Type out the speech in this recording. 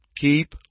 Keep